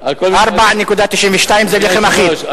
4.92, זה לחם אחיד.